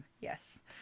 Yes